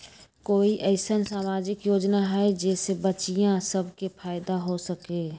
कोई अईसन सामाजिक योजना हई जे से बच्चियां सब के फायदा हो सके?